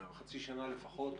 חצי שנה לפחות,